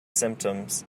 symptoms